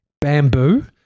bamboo